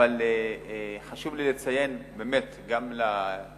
אבל חשוב לי לציין גם לציבור,